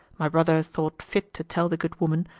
my brother thought fit to tell the good woman,